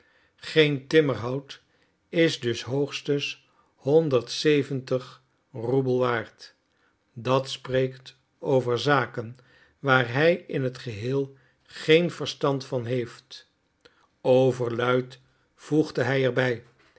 geen timmerhout is dus hoogstens honderdzeventig roebel waard dat spreekt over zaken waar hij in t geheel geen verstand van heeft overluid voegde hij er